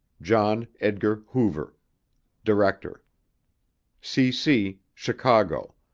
john edgar hoover director cc chicago